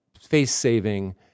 face-saving